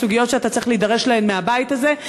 הסוגיות שאתה צריך להידרש להן בבית הזה,